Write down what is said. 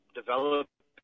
develop